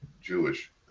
Jewish